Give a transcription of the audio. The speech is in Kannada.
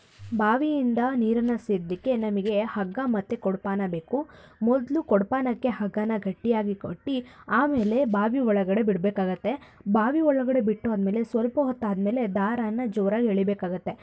ಬಾವಿಯಿಂದ ನೀರನ್ನು ಸೇದಲಿಕ್ಕೆ ನಮಗೆ ಹಗ್ಗ ಮತ್ತು ಕೊಡಪಾನ ಬೇಕು ಮೊದಲು ಕೊಡಪಾನಕ್ಕೆ ಹಗ್ಗಾನ ಗಟ್ಟಿಯಾಗಿ ಕಟ್ಟಿ ಆಮೇಲೆ ಬಾವಿ ಒಳಗಡೆ ಬಿಡಬೇಕಾಗತ್ತೆ ಬಾವಿ ಒಳಗಡೆ ಬಿಟ್ಟು ಆದಮೇಲೆ ಮೇಲೆ ಸ್ವಲ್ಪ ಹೊತ್ತಾದ್ಮೇಲೆ ದಾರಾನ ಜೋರಾಗಿ ಎಳೀಬೇಕಾಗತ್ತೆ